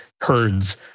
herds